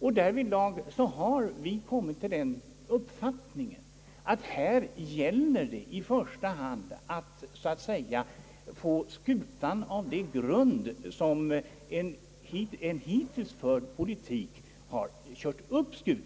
och därvidlag har vi reservanter kommit till den uppfattningen att det i första hand gäller att så att säga få skutan av det grund, som en hittills förd ekonomisk politik kört upp den på.